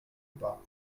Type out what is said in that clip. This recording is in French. pas